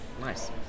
nice